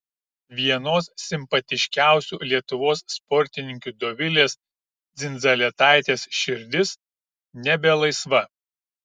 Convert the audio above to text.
vienos simpatiškiausių lietuvos sportininkių dovilės dzindzaletaitės širdis nebe laisva